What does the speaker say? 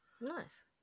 Nice